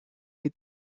with